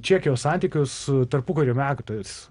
čekijos santykius tarpukario metais